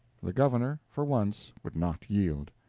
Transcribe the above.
the governor for once would not yield.